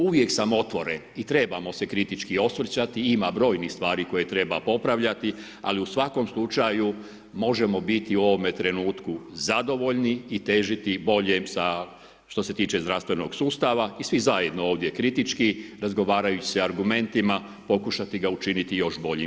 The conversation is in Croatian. Uvijek sam otvoren i trebamo se kritički osvrtati ima brojnih stvari koje treba popravljati ali u svakom slučaju možemo biti u ovome trenutku zadovoljni i težiti boljem sa što se tiče zdravstvenog sustava i svi zajedno ovdje kritički razgovarajući se argumentima pokušati ga učiniti još boljim.